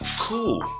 cool